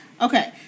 Okay